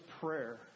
prayer